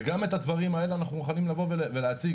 וגם את הדברים האלה אנחנו מוכנים לבוא ולהציג.